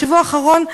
בשבוע האחרון,